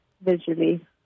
visually